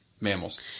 mammals